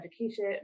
education